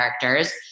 characters